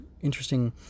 interesting